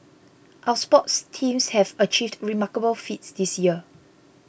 our sports teams have achieved remarkable feats this year